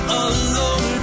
alone